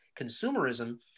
consumerism